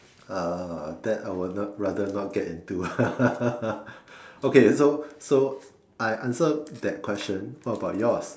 uh that I would rather not get into okay so so I answered that question what about yours